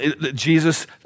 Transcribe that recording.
Jesus